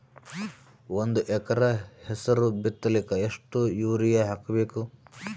ಒಂದ್ ಎಕರ ಹೆಸರು ಬಿತ್ತಲಿಕ ಎಷ್ಟು ಯೂರಿಯ ಹಾಕಬೇಕು?